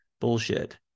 bullshit